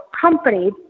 company